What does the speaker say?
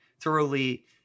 thoroughly